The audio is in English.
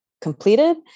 completed